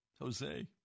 Jose